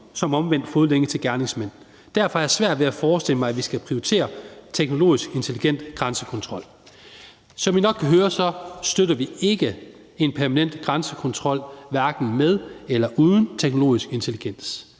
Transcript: som omvendt fodlænke til gerningsmænd. Derfor har jeg svært ved at forestille mig, at vi skal prioritere teknologisk intelligent grænsekontrol. Som I nok kan høre, støtter vi ikke en permanent grænsekontrol, hverken med eller uden teknologisk intelligens.